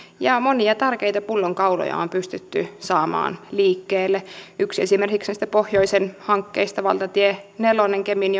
ja monia tärkeitä pullonkauloja on pystytty saamaan liikkeelle yksi esimerkiksi näistä pohjoisen hankkeista valtatie nelonen kemin